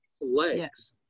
legs